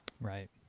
Right